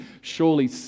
surely